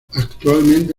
actualmente